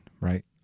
right